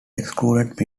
excluded